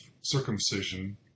circumcision